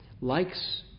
likes